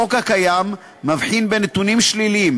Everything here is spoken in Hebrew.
החוק הקיים מבחין בין נתונים שליליים,